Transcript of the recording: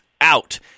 Out